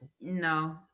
No